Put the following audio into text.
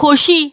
खोशी